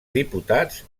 diputats